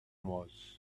was